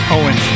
Owen